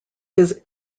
his